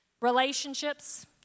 Relationships